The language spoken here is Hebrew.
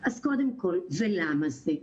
ולמה זה?